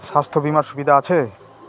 স্বাস্থ্য বিমার সুবিধা আছে?